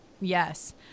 Yes